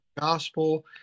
gospel